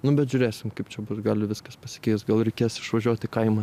nu bet žiūrėsim kaip čia bus gali viskas pasikeist gal reikės išvažiuot į kaimą